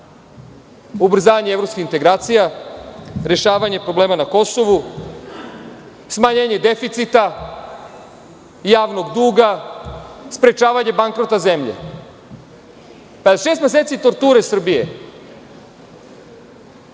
ubrzanje evropskih integracija, rešavanje problema na Kosovu, smanjenje deficita, javnog duga, sprečavanje bankrota zemlje. Pa da li je šest meseci torture Srbije